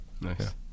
Nice